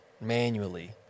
manually